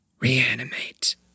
Reanimate